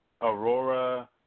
Aurora